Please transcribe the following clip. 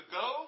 go